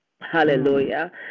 Hallelujah